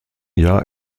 jahr